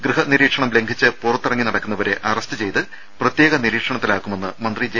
ഗൃഹനിരീക്ഷണം ലംഘിച്ച് പുറത്തിറങ്ങി നടക്കുന്നവരെ അറസ്റ്റ് ചെയ്ത് പ്രത്യേക നിരീക്ഷണത്തിലാക്കുമെന്ന് മന്ത്രി ജെ